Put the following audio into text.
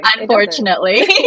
Unfortunately